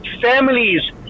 families